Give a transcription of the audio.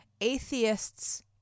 Atheists